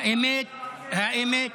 האמת היא,